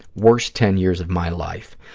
worst ten years of my life.